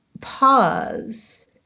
pause